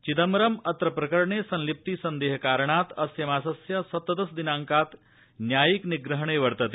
चिदम्बरम् अत्र प्रकरणे संलिप्पि सन्देहकारणात् अस्य मासस्य सप्रदश दिनाइकात् न्यायिक निग्रहणे वर्तते